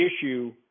issue